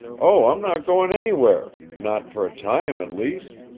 oh, i'm not going anywhere not for a time, at least.